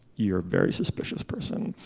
you're a very suspicious person.